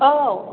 औ